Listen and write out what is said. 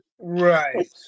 Right